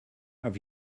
have